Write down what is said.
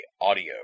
audio